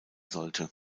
sollte